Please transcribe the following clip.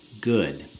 good